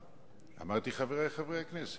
אמרתי: חברי חברי הכנסת.